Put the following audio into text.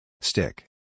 Stick